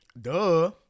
Duh